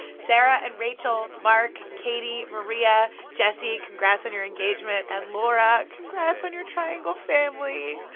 sarah and rachel, mark, katie, maria, jessie congrats on your engagement and laura, congrats on your triangle family